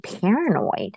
paranoid